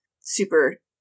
super